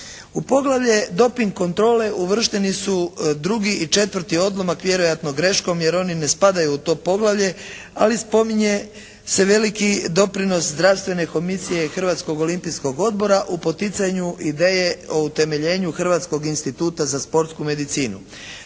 U poglavlje doping kontrole uvršteni su drugi i četvrti odlomak vjerojatno greškom jer oni ne spadaju u to poglavlje, ali spominje se veliki doprinos Zdravstvene komisije Hrvatskog olimpijskog odbora u poticanju ideje o utemeljenju Hrvatskog instituta za sportsku medicinu.